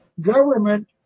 government